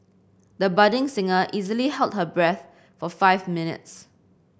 the budding singer easily held her breath for five minutes